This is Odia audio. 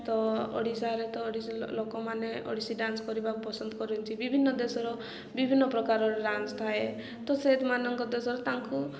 ତ ଓଡ଼ିଶାରେ ତ ଓଡ଼ିଶୀ ଲୋକମାନେ ଓଡ଼ିଶୀ ଡାନ୍ସ କରିବାକୁ ପସନ୍ଦ କରୁଛନ୍ତି ବିଭିନ୍ନ ଦେଶର ବିଭିନ୍ନ ପ୍ରକାରର ଡାନ୍ସ ଥାଏ ତ ସେମାନଙ୍କ ଦେଶର ତାଙ୍କୁ